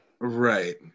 Right